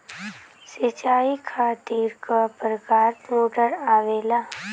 सिचाई खातीर क प्रकार मोटर आवेला?